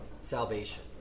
salvation